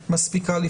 מספיקה.